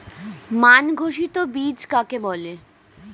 মান ঘোষিত বীজ কাকে বলে?